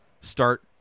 start